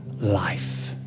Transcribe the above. life